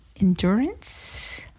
endurance